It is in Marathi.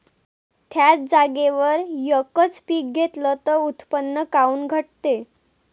थ्याच जागेवर यकच पीक घेतलं त उत्पन्न काऊन घटते?